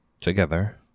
together